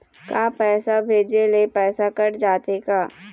का पैसा भेजे ले पैसा कट जाथे का?